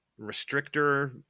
restrictor